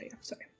sorry